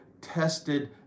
tested